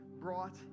brought